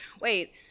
wait